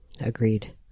Agreed